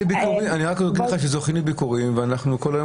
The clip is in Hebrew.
אני רק אגיד לך שהם זוכים לביקורים ואנחנו כל היום